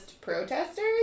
protesters